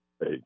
Hey